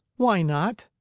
why not?